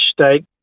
state